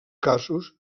casos